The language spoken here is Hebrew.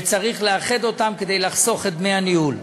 וצריך לאחד אותם כדי לחסוך את דמי הניהול.